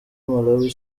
malawi